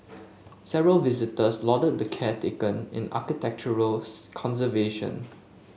several visitors lauded the care taken in architectural conservation